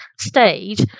stage